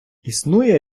існує